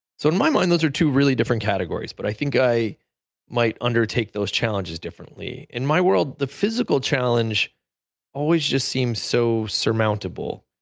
so in my mind, those are two really different categories but i think i might undertake those challenges differently. in my world, the physical challenge always just seems so surmountable.